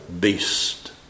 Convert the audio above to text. beast